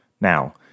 Now